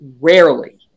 rarely